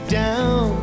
down